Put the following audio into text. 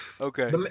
Okay